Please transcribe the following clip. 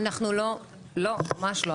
ממש לא.